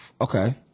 Okay